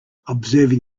observing